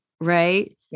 right